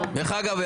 אגב,